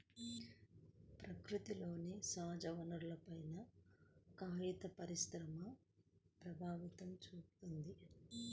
ప్రకృతిలోని సహజవనరులపైన కాగిత పరిశ్రమ ప్రభావం చూపిత్తున్నది